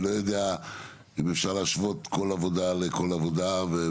אני לא יודע אם אפשר להשוות כל עבודה לכל עבודה.